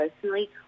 personally